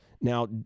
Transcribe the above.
Now